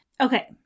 Okay